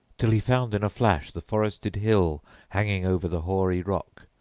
till he found in a flash the forested hill hanging over the hoary rock,